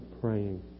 praying